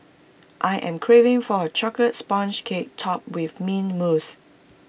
I am craving for A Chocolate Sponge Cake Topped with Mint Mousse